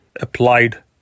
applied